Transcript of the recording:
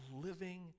living